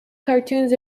cartoons